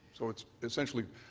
so it's essentially